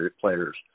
players